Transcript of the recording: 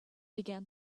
began